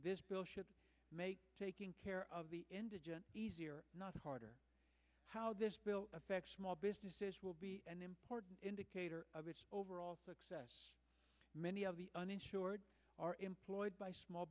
this bill should make taking care of the indigent easier not harder how this bill affects small businesses will be an important indicator of overall success many of the uninsured are employed by small